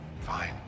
Fine